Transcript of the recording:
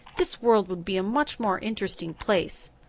this world would be a much more interesting place.